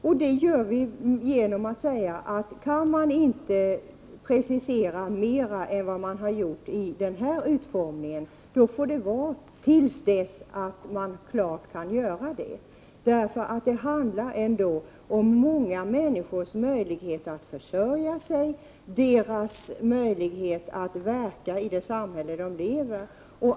Vi säger därför att om man inte kan precisera sig mera än som är fallet när det gäller utformningen av denna lagstiftning, får vi vänta med ett beslut till dess att det är helt klart att det går att åstadkomma en precisering. Det handlar ju om många människors möjligheter att försörja sig och om dessa många människors möjligheter att verka i samhället.